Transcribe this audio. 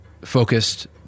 focused